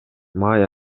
май